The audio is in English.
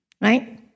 Right